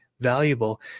valuable